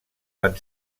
van